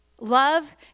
Love